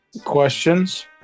questions